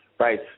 Right